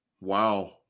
wow